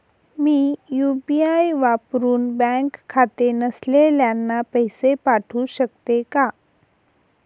मी UPI वापरुन bank खाते नसलेल्यांना पैसे पाठवू शकते का?